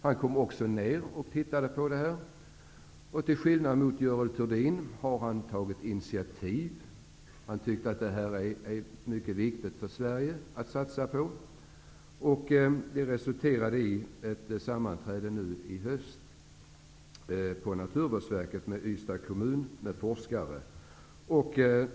Han kom också ned och tittade, och till skillnad från Görel Thurdin har han tagit initiativ. Han tyckte att det är mycket viktigt för Sverige att satsa på det här, och det resulterade i ett sammanträde på Naturvårdsverket med Ystads kommun och forskare nu i höst.